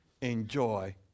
enjoy